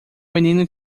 menino